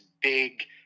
big